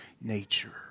nature